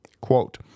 Quote